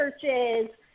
churches